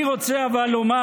אני רוצה לומר